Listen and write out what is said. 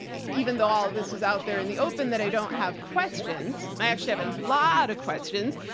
even though all of this is out there in the open, that i don't have questions, i actually have a lot of questions,